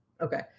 Okay